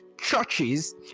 churches